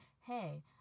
hey